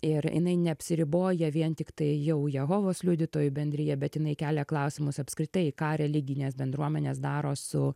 ir jinai neapsiriboja vien tiktai jau jehovos liudytojų bendrija bet jinai kelia klausimus apskritai ką religinės bendruomenės daro su